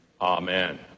Amen